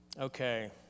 Okay